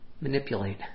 manipulate